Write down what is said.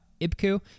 Ibku